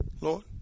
Lord